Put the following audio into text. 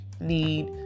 need